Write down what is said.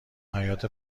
حیاط